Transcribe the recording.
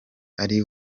ari